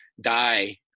die